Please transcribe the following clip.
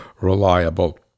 reliable